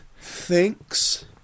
thinks